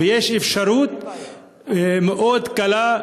ויש אפשרות מאוד קלה,